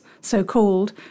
so-called